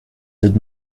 did